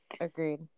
Agreed